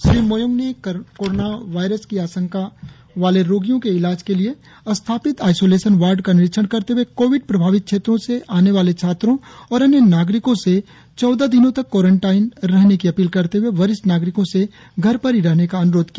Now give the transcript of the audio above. श्री मोयोंग ने corona virus की आशंका वालेरोगियों के इलाज के लिए स्थापित आईसोलेशन वार्ड का निरीक्षण करते हुए कोविड प्रभावित क्षेत्रों से आने वाले छात्रों और अन्य नागरिकों से चौदह दिनों तक क्वारेनटाइन रहने की अपील करते हुए वरिष्ठ नागरिकों से घर पर ही रहने का अनुरोध किया